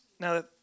Now